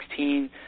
2016